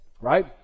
right